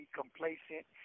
complacent